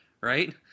right